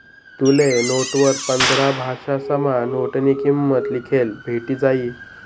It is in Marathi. तुले नोटवर पंधरा भाषासमा नोटनी किंमत लिखेल भेटी जायी